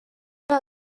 muri